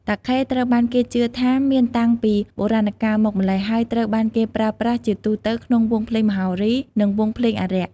តាខេត្រូវបានគេជឿថាមានតាំងពីបុរាណកាលមកម្ល៉េះ ហើយត្រូវបានគេប្រើប្រាស់ជាទូទៅក្នុងវង់ភ្លេងមហោរី និងវង់ភ្លេងអារក្ស។